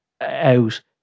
out